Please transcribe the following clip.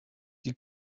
die